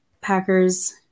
Packers